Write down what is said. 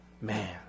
Man